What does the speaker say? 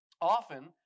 often